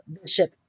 Bishop